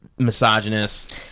Misogynist